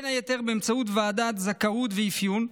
בין היתר באמצעות ועדת זכאות ואפיון.